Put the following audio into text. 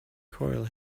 coil